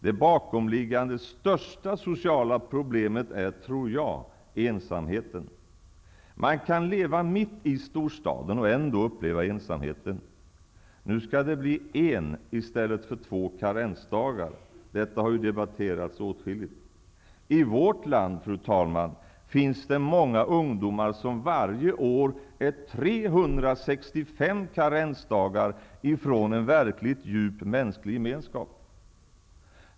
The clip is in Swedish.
Det bakomliggande största sociala problemet är, tror jag, ensamheten. Man kan leva mitt i storstaden och ändå uppleva ensamheten. Nu skall det bli en i stället för två karensdagar. Detta har debatterats åtskilligt. I vårt land, fru talman, finns många ungdomar som varje år är 365 karensdagar ifrån en verkligt djup mänsklig gemenskap.